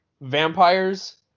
vampires